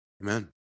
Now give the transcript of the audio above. Amen